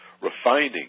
refining